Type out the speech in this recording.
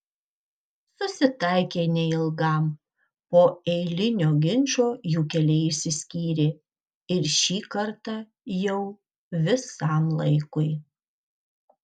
susitaikė neilgam po eilinio ginčo jų keliai išsiskyrė ir šį kartą jau visam laikui